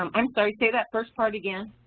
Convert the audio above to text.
um i'm sorry, say that first part again.